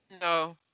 No